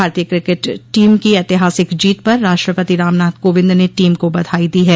भारतीय cricket team की एतिहासिक जीत पर राष्ट्रपति रामनाथ कोविंद ने टीम को बधाई दी है